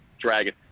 dragon